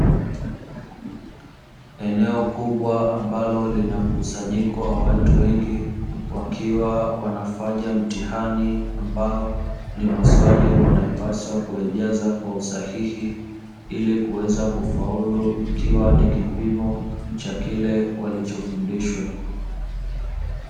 Eneo kubwa ambalo lina mkusanyiko wa watu wengi, wakiwa wanafanya mtihani ambao ni maswali wanayopaswa kuyajaza kwa usahihi ili kuweza kufaulu ikiwa ni kipimo cha kile walichofundishwa.